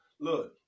Look